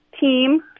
team